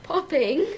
Popping